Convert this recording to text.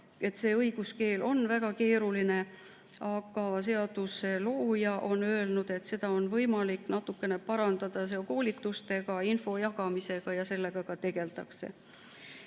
teha, õiguskeel on väga keeruline. Samas on seaduse looja öelnud, et seda on võimalik natuke parandada koolitustega ja info jagamisega ning sellega ka tegeldakse.